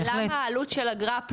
מה התעריף ולמה העלות של אגרה,